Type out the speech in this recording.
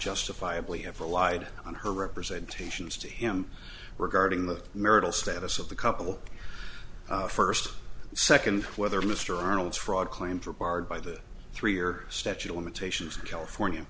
justifiably have relied on her representations to him regarding the marital status of the couple first second whether mr arnold's fraud claimed required by the three year statute of limitations in california